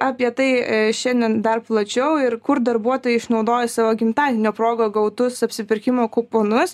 apie tai šiandien dar plačiau ir kur darbuotojai išnaudoja savo gimtadienio proga gautus apsipirkimo kuponus